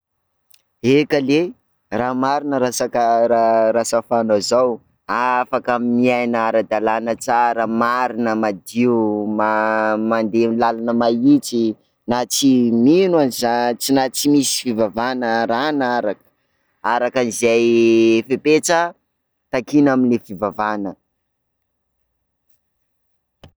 Eka ley, raha marina raha saka- raha safanao zao, afaka miaina ara-dalàna tsara marina, madio, ma- mandeha amin'ny lalana mahintsy na tsy mino an'iza- na tsy misy fivavahana arahana ara, araka izay fepetra takiana amin'ny fivavahana.